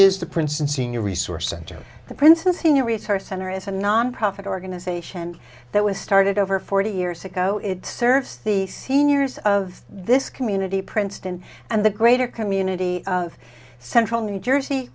is the princeton senior resource center the princeton senior research center is a nonprofit organization that was started over forty years ago it serves the seniors of this community princeton and the greater community of central new jersey